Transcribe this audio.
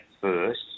first